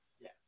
yes